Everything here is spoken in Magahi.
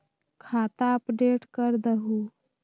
खाता अपडेट करदहु?